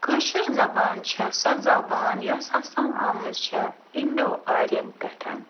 کٲشِر زبان چھِ سۄ زبان یۄس ہسا آمٕژ چھِ اِنٛڈو آریَن پٮ۪ٹھ